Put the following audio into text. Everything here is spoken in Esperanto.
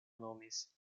nomis